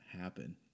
happen